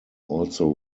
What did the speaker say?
also